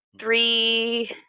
three